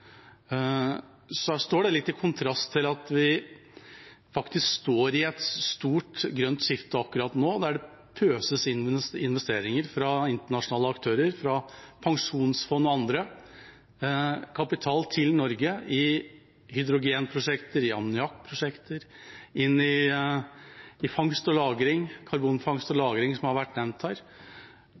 i kontrast til at vi faktisk står i et stort, grønt skifte akkurat nå, der det pøses inn investeringer fra internasjonale aktører, fra pensjonsfond og andre, kapital til Norge i hydrogenprosjekter, i ammoniakkprosjekter, i karbonfangst og -lagring, som har vært nevnt her.